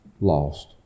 lost